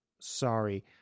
Sorry